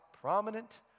prominent